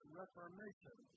reformation